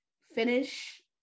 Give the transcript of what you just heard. finish